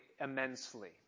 immensely